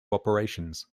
operations